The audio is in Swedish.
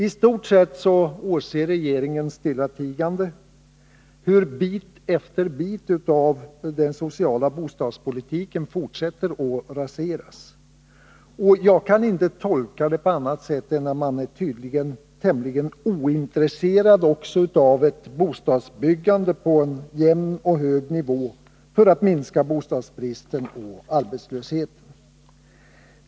I stort sett åser regeringen stillatigande hur bit efter bit av den sociala bostadspolitiken fortsätter att raseras. Jag kan inte tolka det på annat sätt än att regeringen tydligen är tämligen ointresserad av ett bostadsbyggande på en jämn och hög nivå för att minska bostadsbristen och arbetslösheten.